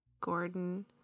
Gordon